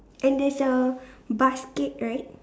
and there's a basket right